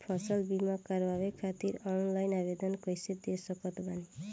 फसल बीमा करवाए खातिर ऑनलाइन आवेदन कइसे दे सकत बानी?